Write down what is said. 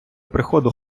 приходу